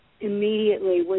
immediately